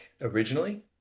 originally